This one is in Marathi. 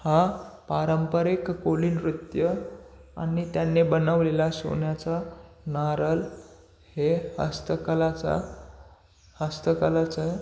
हा पारंपरिक कोळी नृत्य आणि त्यांनी बनवलेला सोन्याचा नारळ हे हस्तकलाचा हस्तकलाचं